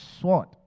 sword